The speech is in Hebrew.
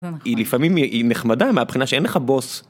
לפעמים היא נחמדה מהבחינה שאין לך בוס.